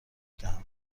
دهم